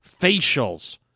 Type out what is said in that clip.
facials